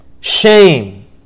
Shame